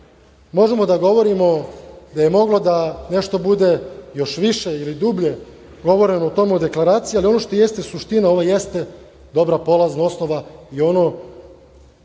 možemo da govorimo da je moglo da nešto bude još više ili dublje govoreno o tome u deklaraciji, ali ono što jeste suština, ona jeste dobra polazna osnova i ono